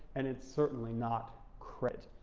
and it's certainly not credit.